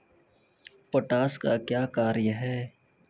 Potash का क्या कार्य हैं?